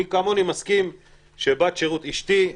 מי כמוני מסכים שבת שירות אשתי,